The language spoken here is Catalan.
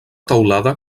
teulada